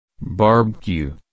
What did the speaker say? Barbecue